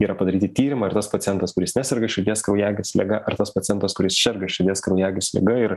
yra padaryti tyrimai ar tas pacientas kuris neserga širdies kraujagyslių liga ar tas pacientas kuris serga širdies kraujagyslių liga ir